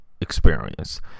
experience